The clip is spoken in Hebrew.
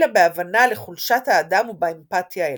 אלא בהבנה לחולשת האדם ובאמפתיה אליו.